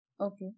Okay